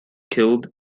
killed